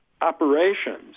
operations